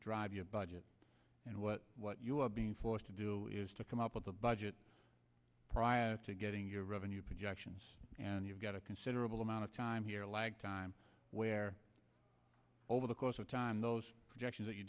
drive your budget and what what you're being forced to do is to come up with a budget prior to getting your revenue projections and you've got a considerable amount of time here a lag time where over the course of time those projections that you